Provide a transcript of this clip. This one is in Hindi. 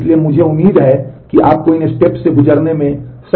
इसलिए मुझे उम्मीद है कि आपको इन स्टेप्स से गुजरने में सक्षम होना चाहिए